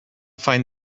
find